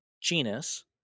genus